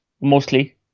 mostly